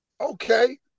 okay